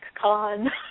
Con